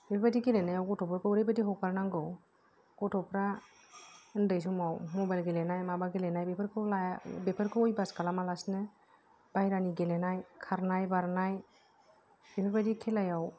बेबायदि गेलेनायाव गथ'फोरखौ ओरैबायदि हगारनांगौ गथ'फ्रा उन्दै समाव मबाइल गेलेनाय माबा गेलेनाय बेफोरखौ लाया बेफोरखौ अयबास खालामा लासिनो बायह्रानि गेलेनाय खारनाय बारनाय बेफोरबायदि खेलायाव